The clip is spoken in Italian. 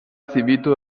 esibito